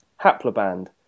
haploband